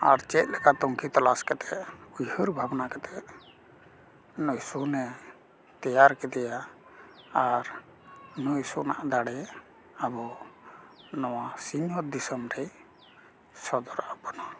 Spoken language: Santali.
ᱟᱨ ᱪᱮᱫ ᱞᱮᱠᱟᱛᱮ ᱛᱩᱱᱠᱷᱤ ᱛᱚᱞᱟᱥ ᱠᱟᱛᱮ ᱩᱭᱦᱟᱹᱨ ᱵᱷᱟᱵᱽᱱᱟ ᱠᱟᱛᱮᱜ ᱱᱩᱭ ᱥᱩᱱᱮ ᱛᱮᱭᱟᱨ ᱠᱮᱫᱮᱭᱟ ᱟᱨ ᱱᱩᱭ ᱥᱩᱱᱟᱜ ᱫᱟᱲᱮ ᱟᱵᱚ ᱱᱚᱣᱟ ᱥᱤᱧᱚᱛ ᱫᱤᱥᱚᱢ ᱨᱮ ᱥᱚᱫᱚᱨᱟᱜ ᱵᱚᱱᱟ